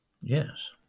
Yes